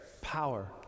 power